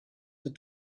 the